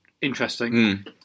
interesting